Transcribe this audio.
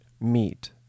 meet